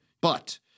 But-